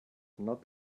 not